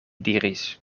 diris